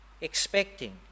expecting